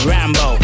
Rambo